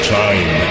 time